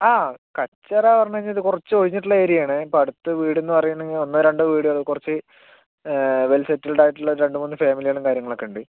ആ കച്ചറ പറഞ്ഞുകഴിഞ്ഞാൽ ഇതു കുറച്ച് ഒഴിഞ്ഞിട്ടുള്ള ഏരിയയാണ് ഇപ്പോൾ അടുത്ത് വീടെന്നു പറയുകയാണെങ്കിൽ ഒന്നോ രണ്ടോ വീടുകൾ കുറച്ച് വെൽ സെറ്റിൽഡായിട്ടുള്ള രണ്ടു മൂന്ന് ഫാമിലികളും കാര്യങ്ങളൊക്കെ ഉണ്ട്